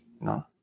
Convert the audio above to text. No